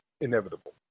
inevitable